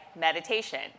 meditation